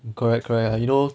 mm correct correct although